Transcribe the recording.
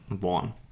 one